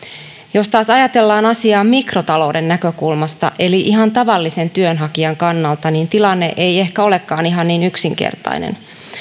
jos taas ajatellaan asiaa mikrotalouden näkökulmasta eli ihan tavallisen työnhakijan kannalta niin tilanne ei ehkä olekaan ihan niin yksinkertainen